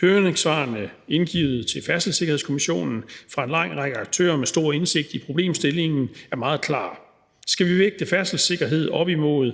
Høringssvarene indgivet til Færdselssikkerhedskommissionen fra en lang række aktører med stor indsigt i problemstillingen er meget klar: Skal vi vægte færdselssikkerhed op imod